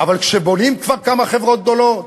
אבל כשבונים כבר כמה חברות גדולות,